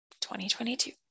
2022